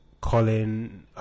Colin